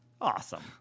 awesome